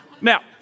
Now